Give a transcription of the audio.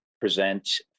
present